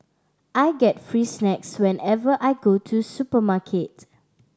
I get free snacks whenever I go to supermarket